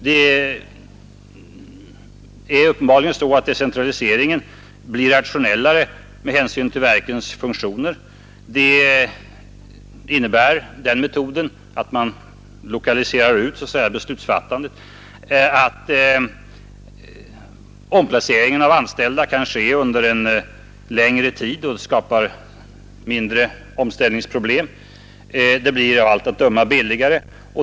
Det är uppenbarligen så att decentraliseringen blir rationellare med hänsyn till verkens funktioner. Den innebär att omplaceringen av anställda kan ske under en längre tid, varigenom man skapar mindre omställningsproblem,. Det blir av allt att döma billigare.